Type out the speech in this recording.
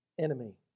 enemy